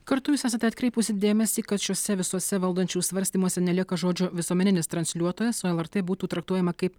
kartu jūs esate atkreipusi dėmesį kad šiuose visuose valdančių svarstymuose nelieka žodžio visuomeninis transliuotojas o lrt būtų traktuojama kaip